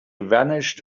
vanished